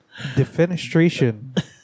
Defenestration